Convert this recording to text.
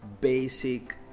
basic